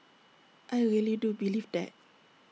I really do believe that